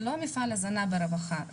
זה לא מפעל הזנה ברווחה.